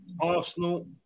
Arsenal